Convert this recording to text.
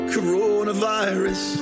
Coronavirus